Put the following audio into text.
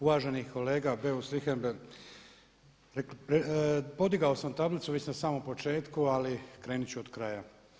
Uvaženi kolega Beus Richembergh, podigao sam tablicu već na samom početku ali krenit ću od kraja.